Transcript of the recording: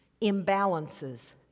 Imbalances